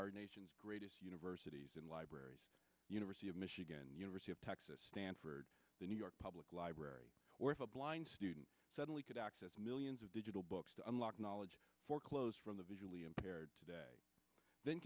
our nation's greatest universities and libraries university of michigan university of texas stanford the new york public library or if a blind student suddenly could access millions of digital books to unlock knowledge for clothes from the visually impaired today th